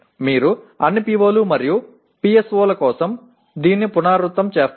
మీరు అన్ని PO లు మరియు PSO ల కోసం దీన్ని పునరావృతం చేస్తారు